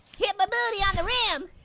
hit my booty on the rim.